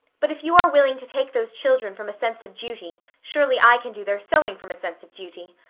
but if you are willing to take those children from a sense of duty surely i can do their sewing from a sense of duty.